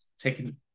taking